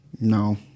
No